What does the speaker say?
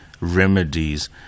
remedies